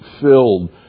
filled